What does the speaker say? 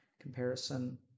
Comparison